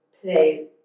play